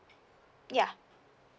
ya